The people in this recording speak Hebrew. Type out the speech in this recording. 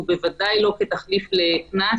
הוא בוודאי לא תחליף לקנס,